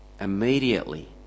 Immediately